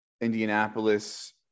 Indianapolis